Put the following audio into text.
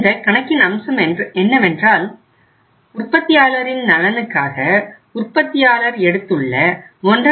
இந்த கணக்கின் அம்சம் என்னவென்றால் உற்பத்தியாளரின் நலனுக்காக உற்பத்தியாளர் எடுத்துள்ள 1